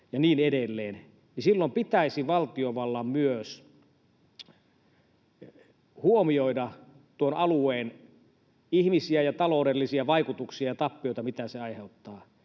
edelleen, pitäisi valtiovallan myös huomioida tuon alueen ihmisiä ja taloudellisia vaikutuksia ja tappioita, mitä se aiheuttaa.